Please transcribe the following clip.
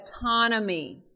autonomy